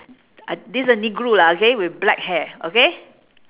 uh this a negro lah okay with black hair okay